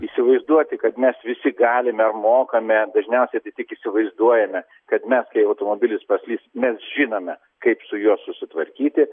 įsivaizduoti kad mes visi galime ar mokame dažniausiai tai tik įsivaizduojame kad mes kai automobilis paslys mes žinome kaip su juo susitvarkyti